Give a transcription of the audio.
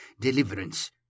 deliverance